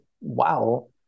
wow